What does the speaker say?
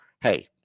hey